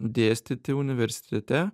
dėstyti universitete